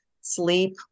sleep